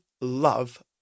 love